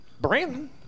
Brandon